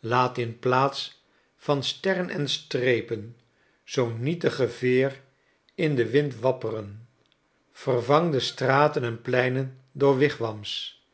laat in plaats van sterren en strepen zoo'n nietige veer in den wind wapperen vervang de straten en pleinen door wigwams